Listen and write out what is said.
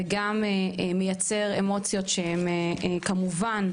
וגם מייצר אמוציות שהן כמובן,